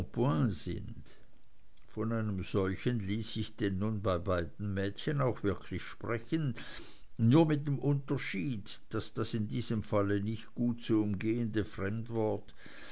sind von einem solchen ließ sich denn nun bei beiden mädchen auch wirklich sprechen nur mit dem unterschied daß das in diesem falle nicht gut zu umgehende fremdwort